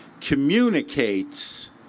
communicates